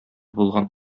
булган